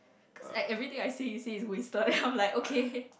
cause like everything I say you say is wasted I'm like okay